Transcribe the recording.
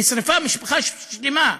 נשרפה משפחה שלמה,